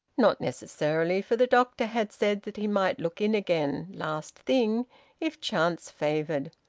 not necessarily, for the doctor had said that he might look in again last thing if chance favoured.